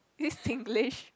this Singlish